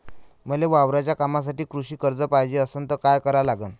मले वावराच्या कामासाठी कृषी कर्ज पायजे असनं त काय कराव लागन?